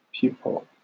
people